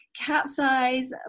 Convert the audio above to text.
capsize